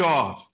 God